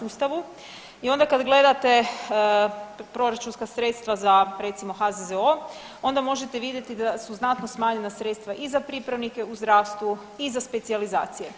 I onda kada gledate proračunska sredstva za recimo HZZO onda možete vidjeti da su znatno smanjena sredstva i za pripravnike u zdravstvu i za specijalizacije.